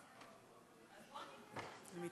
חבריי חברי הכנסת, עמד